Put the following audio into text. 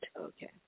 Okay